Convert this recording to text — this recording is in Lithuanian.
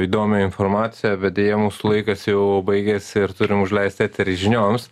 įdomią informaciją bet deja mūsų laikas jau baigiasi ir turim užleist eterį žinioms